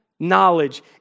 knowledge